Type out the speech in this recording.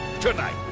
Tonight